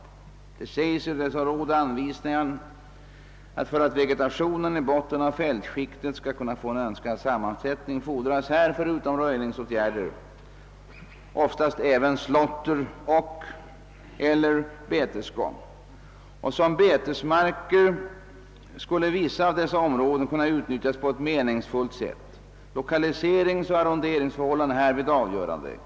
Det uttalas i naturvårdsverkets råd och anvisningar bl.a. följande: »För att vegetationen i bottenoch fältskiktet skall få en önskad sammansättning fordras här, förutom röjningsåtgärder, oftast även slåtter och/eller betesgång. Som betesmarker skulle vissa av dessa områden kunna utnyttjas på ett meningsfullt sätt. Lokaliseringsoch arronderingsförhållandena är härvid avgörande.